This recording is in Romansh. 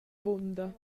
avunda